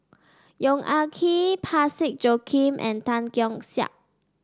Yong Ah Kee Parsick Joaquim and Tan Keong Saik